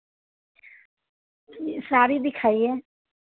साड़ी दिखाइए